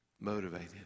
motivated